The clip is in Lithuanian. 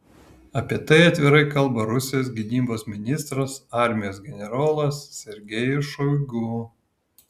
apie tai atvirai kalba rusijos gynybos ministras armijos generolas sergejus šoigu